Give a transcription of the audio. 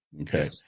Okay